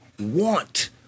want